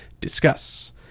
discuss